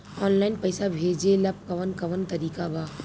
Online पइसा भेजेला कवन कवन तरीका बा?